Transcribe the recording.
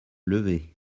lever